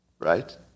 right